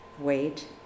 wait